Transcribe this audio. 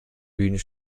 bühnen